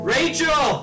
Rachel